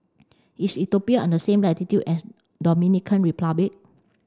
is Ethiopia on the same latitude as Dominican Republic